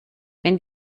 wenn